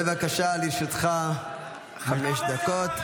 כבוד היושב-ראש --- בבקשה, לרשותך חמש דקות.